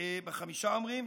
בחמישה אומרים?